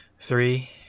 three